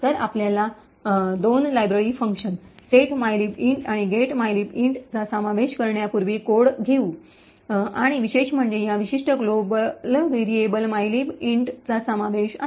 तर आपण आपल्या दोन library functions set mylib int set mylib int आणि get mylib int get mylib int चा समावेश करण्यापूर्वी कोड घेऊ आणि विशेष म्हणजे या विशिष्ट global variable mylib int mylib int चा समावेश आहे